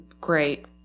Great